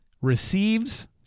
receives